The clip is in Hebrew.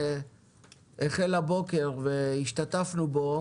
שהחל הבוקר, והשתתפנו בו,